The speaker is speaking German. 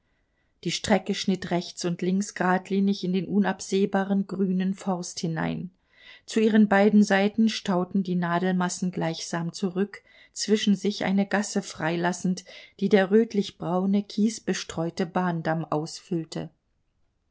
die strecke schnitt rechts und links gradlinig in den unabsehbaren grünen forst hinein zu ihren beiden seiten stauten die nadelmassen gleichsam zurück zwischen sich eine gasse freilassend die der rötlichbraune kiesbestreute bahndamm ausfüllte